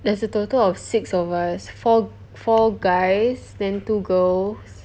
there's a total of six of us four four guys then two girls